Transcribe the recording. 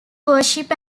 worship